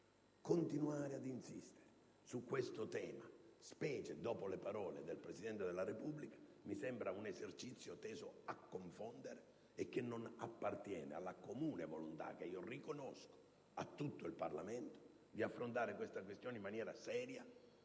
Continuare ad insistere su questo tema, specie dopo le parole del Presidente della Repubblica, mi sembra un esercizio teso a confondere, e che non appartiene alla comune volontà, che riconosco all'intero Parlamento, di affrontare la questione in maniera seria,